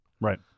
Right